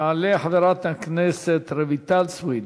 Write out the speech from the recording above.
תעלה חברת הכנסת רויטל סויד.